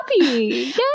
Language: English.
happy